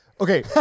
Okay